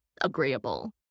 agreeable